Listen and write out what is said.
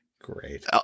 Great